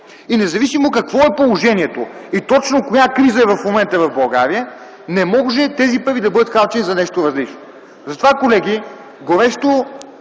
И независимо какво е положението, и точно коя криза е в момента в България, не може тези пари да бъдат харчени за нещо различно. Затова, колеги, горещо